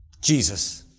Jesus